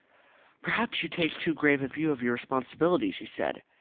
perhaps you take too grave a view of your responsibilities, he said.